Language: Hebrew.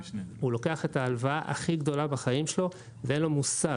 לוקח את ההלוואה הכי גדולה של החיים שלו ואין לו מושג.